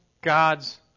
God's